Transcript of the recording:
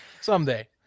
Someday